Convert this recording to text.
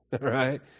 Right